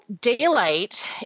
daylight